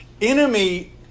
enemy